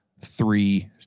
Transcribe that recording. three